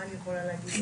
מה אני יכולה להגיד.